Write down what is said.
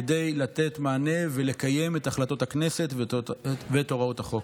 כדי לתת מענה ולקיים את החלטות הכנסת ואת הוראות החוק.